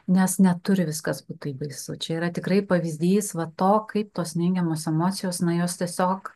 nes neturi viskas taip baisu čia yra tikrai pavyzdys va to kaip tos neigiamos emocijos na jos tiesiog